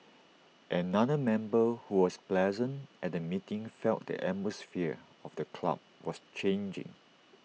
another member who was present at the meeting felt the atmosphere of the club was changing